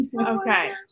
Okay